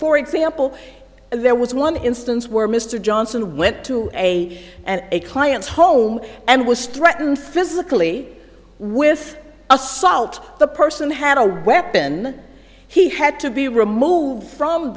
for example there was one instance where mr johnson went to a and a client's home and was threatened physically with assault the person had a weapon he had to be removed from